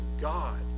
God